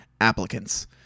applicants